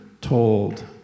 told